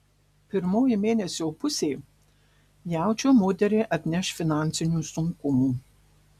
pirmoji mėnesio pusė jaučio moteriai atneš finansinių sunkumų